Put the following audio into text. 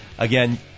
Again